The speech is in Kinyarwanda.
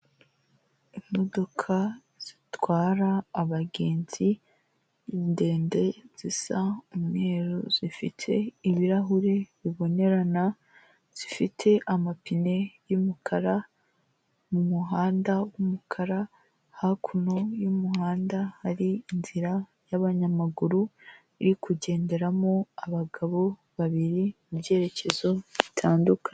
Imodoka zitwara abagenzi ndende zisa umweru zifite ibirahuri bibonerana, zifite amapine y'umukara mu muhanda w'umukara, hakuno y'umuhanda hari inzira y'abanyamaguru iri kugenderamo abagabo babiri mu byerekezo bitandukanye.